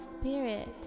spirit